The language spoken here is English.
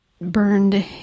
burned